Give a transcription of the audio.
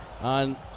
on